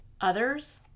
Others